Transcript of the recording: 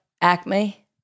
Acme